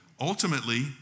Ultimately